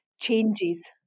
changes